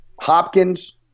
Hopkins